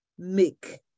Make